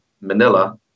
Manila